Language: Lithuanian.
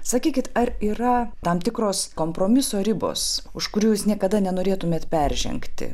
sakykit ar yra tam tikros kompromiso ribos už kurių jūs niekada nenorėtumėt peržengti